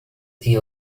the